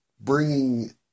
bringing